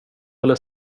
eller